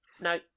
No